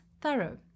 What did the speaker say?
thorough